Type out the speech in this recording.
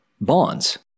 bonds